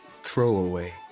Throwaway